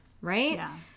right